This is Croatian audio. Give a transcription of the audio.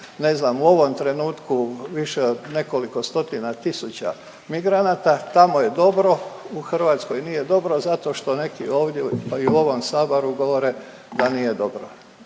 u ovom trenutku više od nekoliko stotina tisuća migranata. Tamo je dobro. U Hrvatskoj nije dobro, zato što neki ovdje, pa i u ovom Saboru govore da nije dobro.